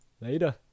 Later